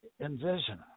envision